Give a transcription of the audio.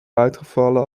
uitgevallen